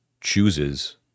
chooses